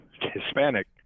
Hispanic